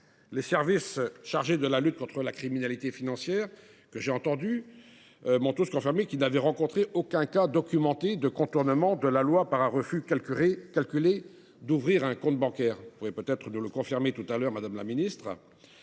des services chargés de la lutte contre la criminalité financière que j’ai entendus m’ont tous confirmé qu’ils n’avaient rencontré aucun cas documenté de contournement de la loi par un refus calculé d’ouvrir un compte bancaire. Peut être pourrez vous nous confirmer cette information, madame la secrétaire